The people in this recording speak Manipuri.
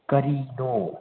ꯀꯔꯤꯅꯣ